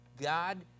God